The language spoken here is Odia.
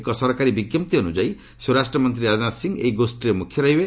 ଏକ ସରକାରୀ ବିଞ୍ଜପ୍ତି ଅନୁଯାୟୀ ସ୍ୱରାଷ୍ଟ୍ରମନ୍ତ୍ରୀ ରାଜନାଥ ସିଂ ଏହି ଗୋଷ୍ଠାରେ ମୁଖ୍ୟ ରହିବେ